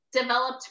developed